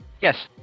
Yes